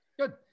Good